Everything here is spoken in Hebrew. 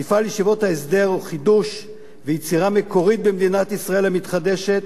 מפעל ישיבות ההסדר הוא חידוש ויצירה מקורית במדינת ישראל המתחדשת,